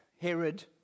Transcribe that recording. Herod